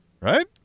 right